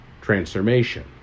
Transformation